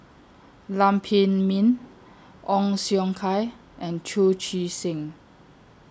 Lam Pin Min Ong Siong Kai and Chu Chee Seng